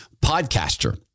podcaster